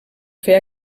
fer